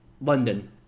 London